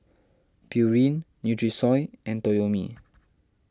Pureen Nutrisoy and Toyomi